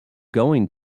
going